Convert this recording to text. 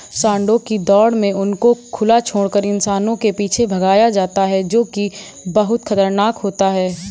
सांडों की दौड़ में उनको खुला छोड़कर इंसानों के पीछे भगाया जाता है जो की बहुत खतरनाक होता है